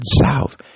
south